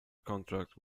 contract